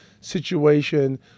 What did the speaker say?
situation